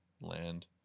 land